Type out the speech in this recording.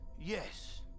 Yes